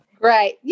Great